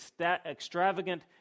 extravagant